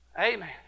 Amen